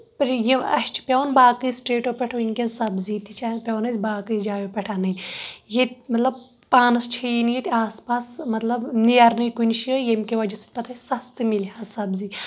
یِم اَسہِ چھ پیٚوان باقیو سِٹیٹو پٮ۪ٹھ وۄنٛۍکیٚن سَبزی تہِ چھِ پیٚوان اَسہِ باقٕے جایو پٮ۪ٹھ اَنٕنۍ ییٚتہِ مطلب پانَس چھٕیی نہٕ ییٚتہِ آس پاس مطلب نیرنٕے کُنہِ جایہِ ییٚمہِ کہِ وَجہ سۭتۍ پَتہٕ اَسہِ سَستہٕ مِلہِ ہا سَبزی